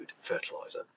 fertilizer